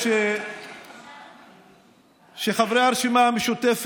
בכנסת הבאה אנחנו ניזום שכל חברי הכנסת,